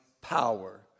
power